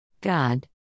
God